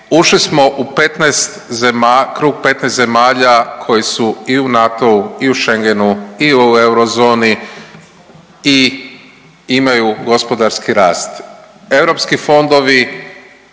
krug 15 zemalja koje su i u NATO-u i u Schengenu i u eurozoni i imaju gospodarski rast. Europski fondovi